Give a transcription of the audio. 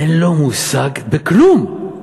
אין לו מושג בכלום.